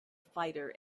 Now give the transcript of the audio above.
fighter